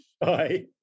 Bye